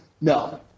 No